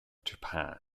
japan